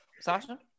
Sasha